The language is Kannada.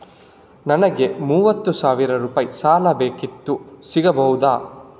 ನನಗೆ ಮೂವತ್ತು ಸಾವಿರ ರೂಪಾಯಿ ಸಾಲ ಬೇಕಿತ್ತು ಸಿಗಬಹುದಾ?